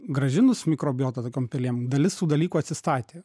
grąžinus mikrobiotą tokiom pelėm dalis tų dalykų atsistatė